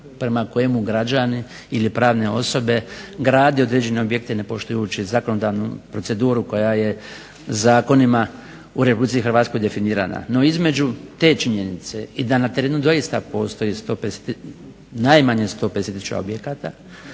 prema kojemu građani ili pravne osobe grade određene objekte ne poštujući zakonodavnu proceduru koja je zakonima u Republici hrvatskoj definirana. No između te činjenice i da na terenu doista postoji najmanje 150 tisuća objekata